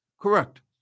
Correct